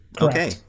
okay